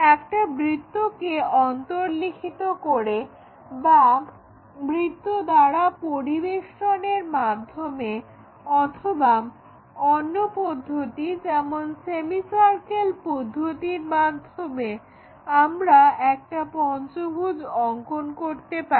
একটা বৃত্তকে অন্তর্লিখিত করে বা বৃত্ত দ্বারা পরিবেষ্টনের মাধ্যমে অথবা অন্য পদ্ধতি যেমন সেমিসার্কেল পদ্ধতির মাধ্যমে আমরা একটা পঞ্চভুজ অংকন করতে পারি